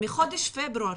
מחודש פברואר,